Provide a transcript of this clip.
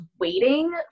waiting